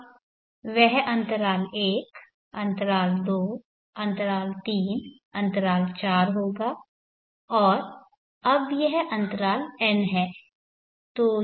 अब वह अंतराल 1 अंतराल 2 अंतराल 3 अंतराल 4 होगा और अब यह अंतराल n है